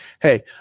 hey